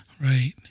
Right